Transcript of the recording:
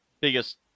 biggest